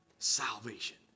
salvation